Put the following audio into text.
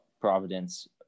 Providence